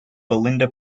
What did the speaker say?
belinda